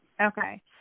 Okay